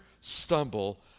stumble